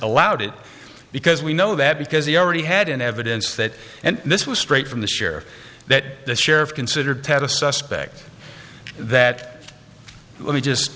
allowed it because we know that because he already had an evidence that this was straight from the share that the sheriff considered ted a suspect that let me just